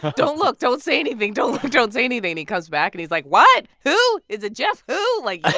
don't look. don't say anything. don't look. don't say anything. and he comes back and he's like, what? who? is it jeff who? like,